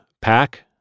pack